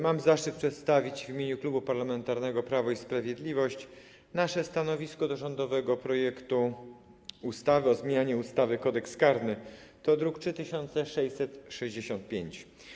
Mam zaszczyt przedstawić w imieniu Klubu Parlamentarnego Prawo i Sprawiedliwość nasze stanowisko wobec rządowego projektu ustawy o zmianie ustawy Kodeks karny, druk nr 3665.